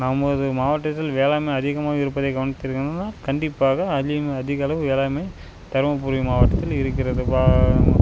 நமது மாவட்டத்தில் வேளாண்மை அதிகமாக இருப்பதை கவனத்தில் கொண்டோம்னா கண்டிப்பாக அதிகம் அதிக அளவு வேளாண்மை தருமபுரி மாவட்டத்தில் இருக்கிறது